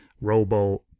robo